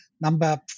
number